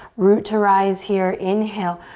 root to rise here. inhale,